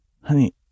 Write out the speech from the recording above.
honey